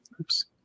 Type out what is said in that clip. oops